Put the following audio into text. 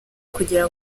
kugira